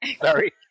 Sorry